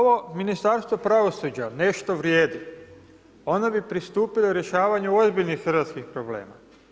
Da ovo Ministarstvo pravosuđa nešto vrijedi, onda bi pristupilo rješavanju ozbiljnih hrvatskih problema.